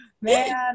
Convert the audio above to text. man